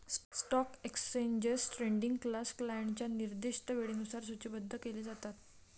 stock exchange trading तास क्लायंटच्या निर्दिष्ट वेळेनुसार सूचीबद्ध केले जातात